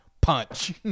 Punch